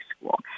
school